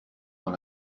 dans